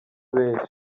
benshi